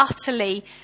utterly